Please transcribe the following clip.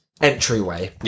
entryway